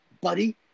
buddy